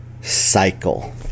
cycle